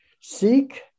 seek